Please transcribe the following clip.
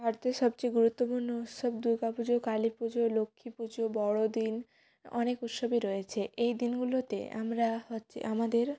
ভারতের সবচেয়ে গুরুত্বপূর্ণ উৎসব দুর্গা পুজো কালী পুজো লক্ষ্মী পুজো বড়দিন অনেক উৎসবই রয়েছে এই দিনগুলোতে আমরা হচ্ছে আমাদের